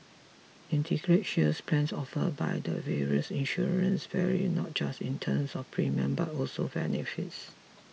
Integrated Shield plans offered by the various insurers vary not just in terms of premium but also benefits